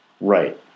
Right